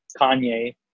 kanye